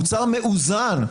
מוצר מאוזן,